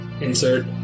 Insert